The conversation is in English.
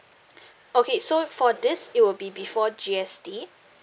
okay so i~ for this it will be before G_S_T